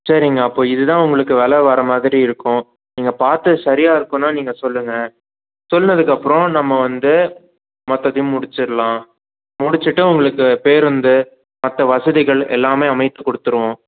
சரிங்க அப்போ இது தான் உங்களுக்கு வில வர மாதிரி இருக்கும் நீங்கள் பார்த்து சரியாக இருக்குன்னா நீங்கள் சொல்லுங்கள் சொன்னதுக்கப்புறம் நம்ம வந்து மற்ற இதையும் முடிச்சிரலாம் முடிச்சிவிட்டு உங்களுக்கு பேருந்து மற்ற வசதிகள் எல்லாமே அமைத்து கொடுத்துருவோம்